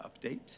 update